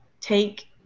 take